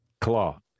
claw